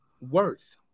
worth